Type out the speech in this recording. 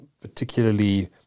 particularly